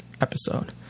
episode